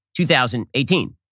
2018